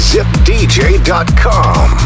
ZipDJ.com